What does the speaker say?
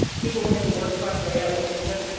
people went into workfront, laid out what they but